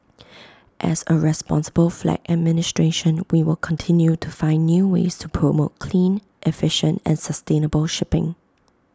as A responsible flag administration we will continue to find new ways to promote clean efficient and sustainable shipping